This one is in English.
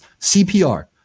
CPR